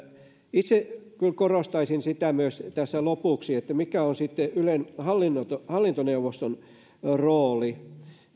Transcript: itse kyllä korostaisin tässä lopuksi myös sitä mikä on sitten ylen hallintoneuvoston rooli